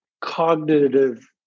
cognitive